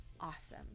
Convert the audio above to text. awesome